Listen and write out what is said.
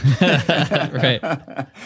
Right